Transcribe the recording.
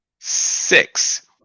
six